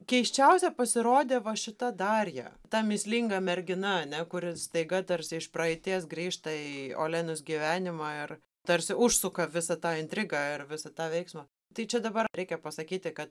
keisčiausia pasirodė va šita darija ta mįslinga mergina ane kuri staiga tarsi iš praeities grįžta į olenos gyvenimą ir tarsi užsuka visą tą intrigą ir visą tą veiksmą tai čia dabar reikia pasakyti kad